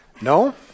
no